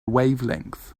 wavelength